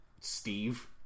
Steve